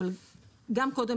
אבל גם קודם,